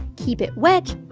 keep it wet,